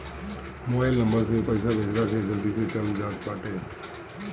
mobile number से पईसा भेजला से जल्दी से चल जात बाटे